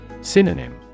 Synonym